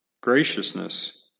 graciousness